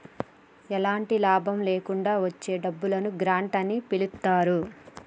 ఎలాంటి లాభం లేకుండా ఇచ్చే డబ్బును గ్రాంట్ అని పిలుత్తారు